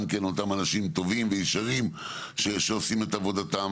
גם כן אותם אנשים טובים וישרים שעושים את עבודתם,